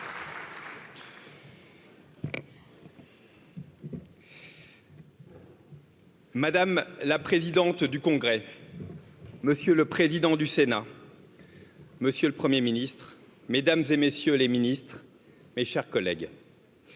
madame la présidente du congrès monsieur le président du c du sénat monsieur le premier ministre mesdames et messieurs les ministres mes chers collègues